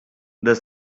the